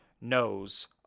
knows